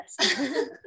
yes